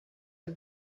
are